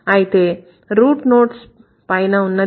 అయితే root node పైన ఉన్నది